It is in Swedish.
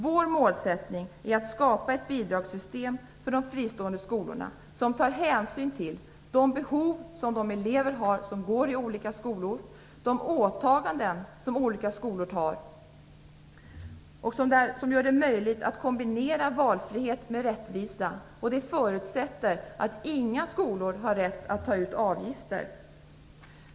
Vår målsättning är att skapa ett bidragssystem för de fristående skolorna som tar hänsyn till de behov som de elever har som går i olika skolor och de åtaganden som olika skolor tar och som gör det möjligt att kombinera valfrihet med rättvisa. Det förutsätter att inga skolor har rätt att ta ut avgifter.